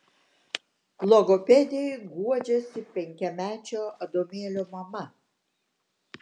logopedei guodžiasi penkiamečio adomėlio mama